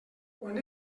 quan